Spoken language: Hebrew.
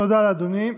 תודה לאדוני.